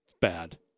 Bad